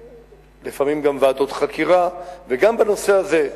לפעמים גם ועדות חקירה, וגם בנושא הזה,